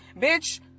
Bitch